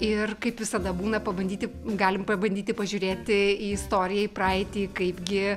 ir kaip visada būna pabandyti galim pabandyti pažiūrėti į istoriją į praeitį kaipgi